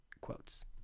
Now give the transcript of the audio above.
quotes